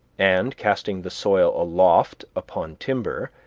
and, casting the soil aloft upon timber,